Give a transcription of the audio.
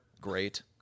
great